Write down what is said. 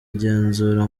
igenzura